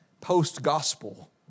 post-gospel